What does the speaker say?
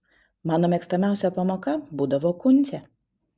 mano mėgstamiausia pamoka būdavo kūncė